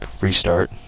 restart